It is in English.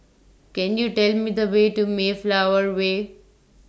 Can YOU Tell Me The Way to Mayflower Way